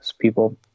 people